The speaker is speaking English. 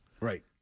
Right